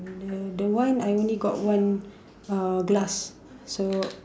the the one I only got one uh glass so